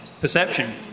Perception